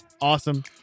awesome